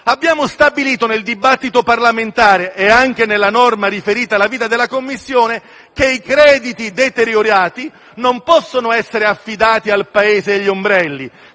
Abbiamo stabilito, nel dibattito parlamentare e anche nella norma riferita alla vita della Commissione, che i crediti deteriorati non possono essere affidati al paese degli ombrelli;